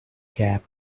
cap